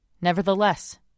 Nevertheless